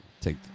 Take